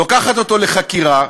לוקחת אותו לחקירה,